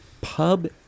Pub